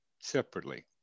separately